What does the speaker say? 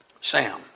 Sam